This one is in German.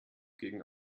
gegen